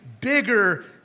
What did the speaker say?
bigger